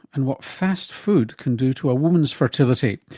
and what fast food can do to a woman's fertility.